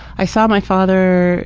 i saw my father